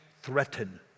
threaten